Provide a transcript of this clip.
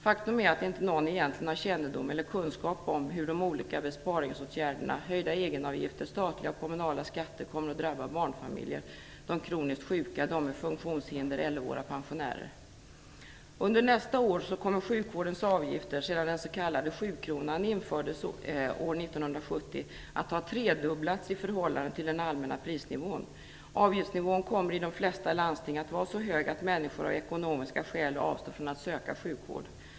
Faktum är att inte någon har kännedom eller kunskap om hur de olika besparingsåtgärderna, höjda egenavgifter, statliga och kommunala skatter kommer att drabba barnfamiljer, de kroniskt sjuka, de med funktionshinder eller våra pensionärer. Under nästa år kommer sjukvårdens avgifter sedan den s.k. sjukronan infördes år 1970 att ha tredubblats i förhållande till den allmänna prisnivån. Avgiftsnivån kommer i de flesta landsting att vara så hög att människor av ekonomiska skäl avstår från att söka sjukvård.